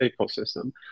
ecosystem